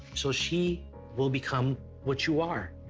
so she will become what you are.